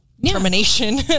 termination